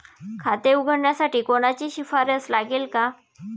खाते उघडण्यासाठी कोणाची शिफारस लागेल का?